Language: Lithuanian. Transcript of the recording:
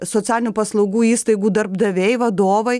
socialinių paslaugų įstaigų darbdaviai vadovai